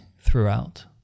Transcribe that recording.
throughout